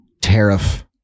Tariff